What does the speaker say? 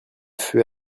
feu